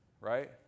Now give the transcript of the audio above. right